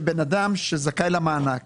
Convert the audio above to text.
שאדם שזכאי למענק